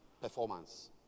performance